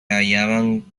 hallaban